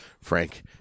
Frank